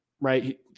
right